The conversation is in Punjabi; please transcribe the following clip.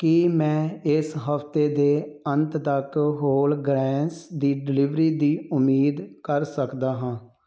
ਕੀ ਮੈਂ ਇਸ ਹਫ਼ਤੇ ਦੇ ਅੰਤ ਤੱਕ ਹੋਲ ਗ੍ਰੈਂਸ ਦੀ ਡਿਲੀਵਰੀ ਦੀ ਉਮੀਦ ਕਰ ਸਕਦਾ ਹਾਂ